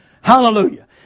Hallelujah